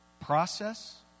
process